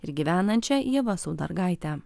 ir gyvenančia ieva saudargaite